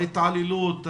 את ההתעללות,